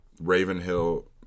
Ravenhill